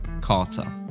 Carter